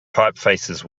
typefaces